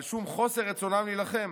על שום חוסר רצונם להילחם.